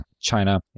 China